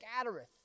scattereth